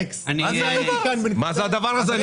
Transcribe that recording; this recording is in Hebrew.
אלכס, מה זה הדבר הזה?